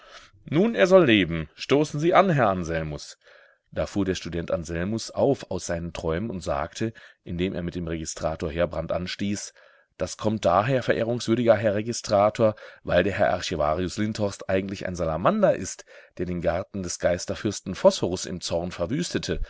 nun er soll leben stoßen sie an herr anselmus da fuhr der student anselmus auf aus seinen träumen und sagte indem er mit dem registrator heerbrand anstieß das kommt daher verehrungswürdiger herr registrator weil der herr archivarius lindhorst eigentlich ein salamander ist der den garten des geisterfürsten phosphorus im zorn verwüstete